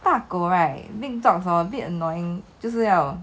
大狗 right big dogs hor a bit annoying 就是要